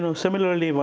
you know similarly, but